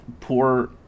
poor